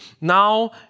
now